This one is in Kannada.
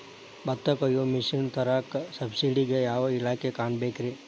ಭತ್ತ ಕೊಯ್ಯ ಮಿಷನ್ ತರಾಕ ಸಬ್ಸಿಡಿಗೆ ಯಾವ ಇಲಾಖೆ ಕಾಣಬೇಕ್ರೇ?